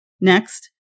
Next